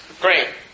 Great